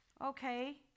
Okay